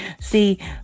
See